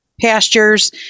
pastures